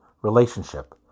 relationship